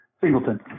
Singleton